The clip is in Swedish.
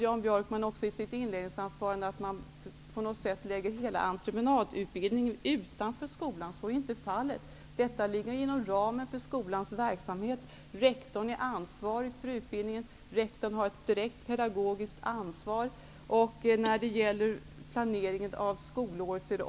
Jan Björkman antydde vidare i sitt inledningsanförande att man på något vis lägger hela entreprenadutbildningen utanför skolan. Så är inte fallet. Detta ligger inom ramen för skolans verksamhet. Rektorn är ansvarig för utbildningen och har ett direkt pedagogiskt ansvar. Skolan har också ansvaret för planeringen av skolåret.